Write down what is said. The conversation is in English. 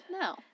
No